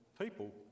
people